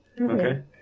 Okay